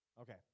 Okay